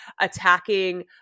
attacking